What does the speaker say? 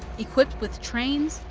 equipped with trains,